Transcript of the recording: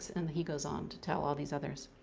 and he goes on to tell all these others.